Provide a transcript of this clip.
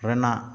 ᱨᱮᱱᱟᱜ